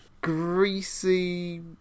greasy